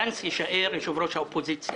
גנץ יישאר יושב-ראש האופוזיציה.